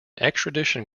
extradition